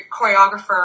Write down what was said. choreographer